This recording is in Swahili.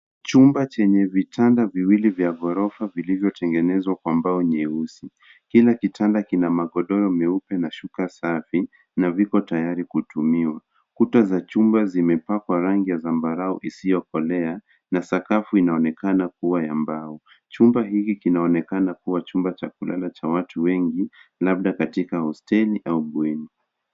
Chumba chene vitanda viwili vya ghorofa vilivyotengenezwa kwa mbao nyeusi. kila kitanda kina magodoro meupe na shuka safi na viko tayari kutumiwa. Kuta za chumba zimepakwa rangi ya zambarau isiyokolea na sakafu inaonekana kuwa ya mbao. Chumba hiki kinaonekana kuwa chumba cha kulala cha watu wengi labda katika hosteli au bweni.